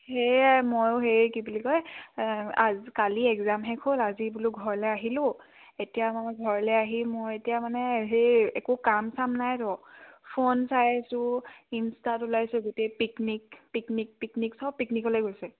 সেয়াই ময়ো হেৰি কি বুলি কয় কালি একজাম শেষ হ'ল আজি বোলো ঘৰলৈ আহিলোঁ এতিয়া মই ঘৰলৈ আহি মই এতিয়া মানে সেই একো কাম চাম নাই ৰ ফোন চাইছোঁ ইনষ্টাত ওলাইছে গোটেই পিকনিক পিকনিক পিকনিক চব পিকনিকলৈ গৈছে